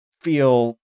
feel